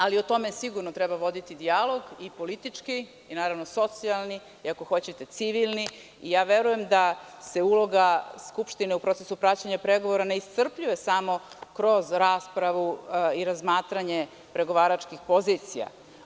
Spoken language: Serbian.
Ali, o tome sigurno treba voditi dijalog, i politički, socijalni, civilni, i ja verujem da se uloga Skupštine u procesu praćenja pregovora ne iscrpljuje samo kroz raspravu i razmatranje pregovaračkih pozicija.